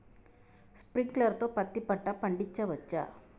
Sprinkler తో పత్తి పంట పండించవచ్చా?